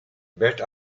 bert